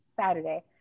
Saturday